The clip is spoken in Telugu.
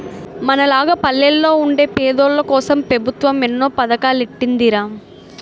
మనలాగ పల్లెల్లో వుండే పేదోల్లకోసం పెబుత్వం ఎన్నో పదకాలెట్టీందిరా